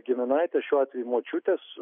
giminaitės šiuo atveju močiutės